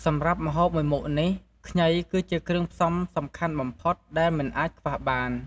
សម្រាប់ម្ហូបមួយមុខនេះ ខ្ញីគឺជាគ្រឿងផ្សំសំខាន់បំផុតដែលមិនអាចខ្វះបាន។